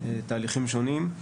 ותהליכים שונים.